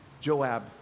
Joab